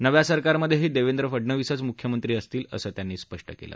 नव्या सरकारमध्येही देवेंद्र फडणवीसच मुख्यमंत्री असतील असं त्यांनी स्पष्ट केलं